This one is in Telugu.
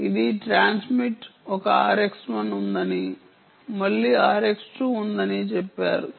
ఇది ట్రాన్స్మిట్ ఒక RX 1 ఉందని మళ్ళీ RX 2 ఉందని చెప్పారు